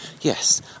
yes